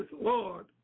Lord